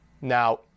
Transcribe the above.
Now